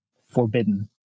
forbidden